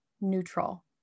neutral